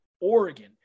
Oregon